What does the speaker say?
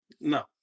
No